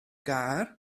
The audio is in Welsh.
gar